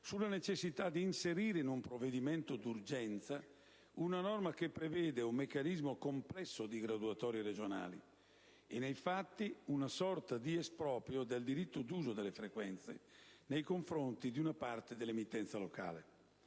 sulla necessità di inserire in un provvedimento d'urgenza una norma che prevede un meccanismo complesso di graduatorie regionali e, nei fatti, una sorta di esproprio del diritto d'uso delle frequenze nei confronti di una parte dell'emittenza locale.